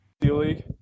league